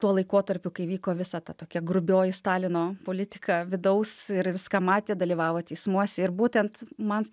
tuo laikotarpiu kai vyko visa ta tokia grubioji stalino politika vidaus ir viską matė dalyvavo teismuose ir būtent man